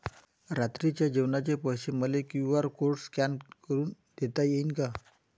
रात्रीच्या जेवणाचे पैसे मले क्यू.आर कोड स्कॅन करून देता येईन का?